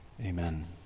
Amen